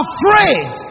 Afraid